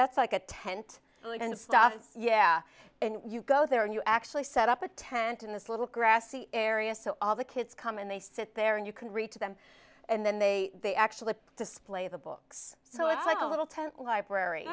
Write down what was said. that's like a tent and stuff yeah and you go there and you actually set up a tent in this little grassy area so all the kids come and they sit there and you can read to them and then they actually display the books so it's like a little tent library